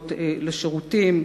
סבירות לשירותים,